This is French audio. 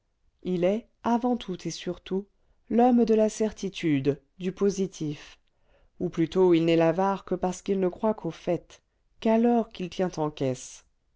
il est avant tout et surtout l'homme de la certitude du positif ou plutôt il n'est l'avare que parce qu'il ne croit qu'au fait qu'à l'or qu'il tient en caisse